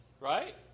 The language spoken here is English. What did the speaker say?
Right